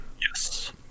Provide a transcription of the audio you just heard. Yes